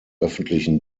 öffentlichen